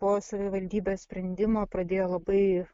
po savivaldybės sprendimo pradėjo labai